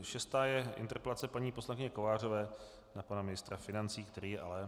Šestá je interpelace paní poslankyně Kovářové na pana ministra financí, který je ale omluven.